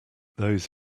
those